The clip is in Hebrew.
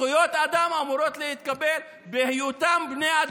זכויות אדם אמורות להתקבל מתוקף היותם בני אדם.